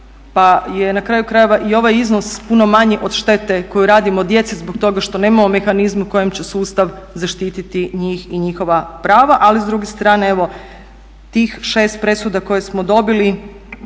pa je na kraju krajeva i ovaj iznos puno manji od štete koju radimo djeci zbog toga što nemamo mehanizme kojim će sustav zaštiti njih i njihova prava. Ali s druge strane evo tih 6 presuda koje smo dobili